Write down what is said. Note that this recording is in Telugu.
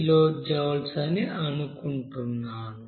00418 కిలోజౌల్ అని అనుకుంటున్నాను